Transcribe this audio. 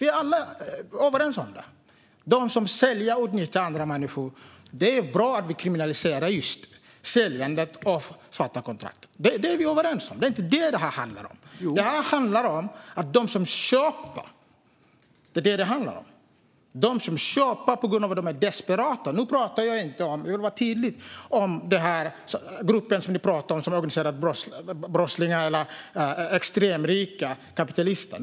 Det gäller de som säljer till och utnyttjar andra människor. Det är bra att vi kriminaliserar just säljandet av svarta kontrakt. Det är vi överens om. Det här handlar inte om det. Det handlar om att de som köper gör det på grund av att de är desperata. Jag vill vara tydlig med att jag inte talar om den grupp som Ola Johansson talade om: organiserade brottslingar eller extremrika kapitalister.